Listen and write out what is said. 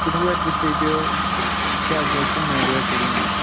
Kathua district च शैल शैल घुम्मनै आह्लियां केह्ड़ियां न